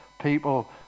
people